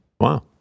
Wow